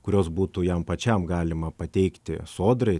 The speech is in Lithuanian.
kuriuos būtų jam pačiam galima pateikti sodrai